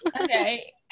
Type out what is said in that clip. okay